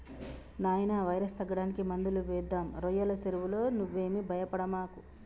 నాయినా వైరస్ తగ్గడానికి మందులు వేద్దాం రోయ్యల సెరువులో నువ్వేమీ భయపడమాకు